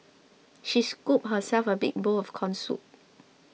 she scooped herself a big bowl of Corn Soup